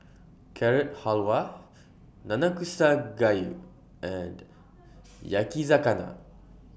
Carrot Halwa Nanakusa Gayu and Yakizakana